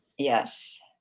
Yes